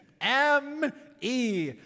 M-E